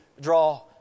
draw